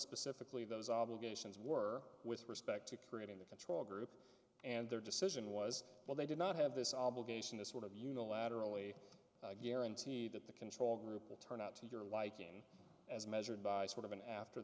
specifically those obligations were with respect to creating the control group and their decision was well they did not have this obligation to sort of unilaterally guarantee that the control group would turn out to your liking as measured by sort of an after